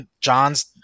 John's